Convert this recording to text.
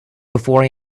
before